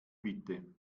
bitte